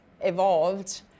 evolved